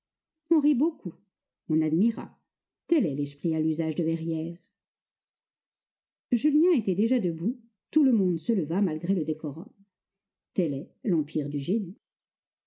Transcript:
on rit beaucoup on admira tel est l'esprit à l'usage de verrières julien était déjà debout tout le monde se leva malgré le décorum tel est l'empire du génie